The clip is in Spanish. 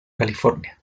california